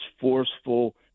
forceful